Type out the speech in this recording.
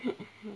mm